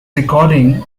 recording